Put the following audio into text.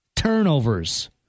Turnovers